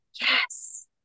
yes